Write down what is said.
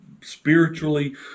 spiritually